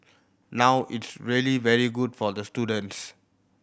now it's really very good for the students